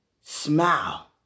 Smile